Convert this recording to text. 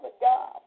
God